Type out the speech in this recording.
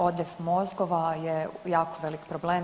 Odljev mozgova je jako veliki problem.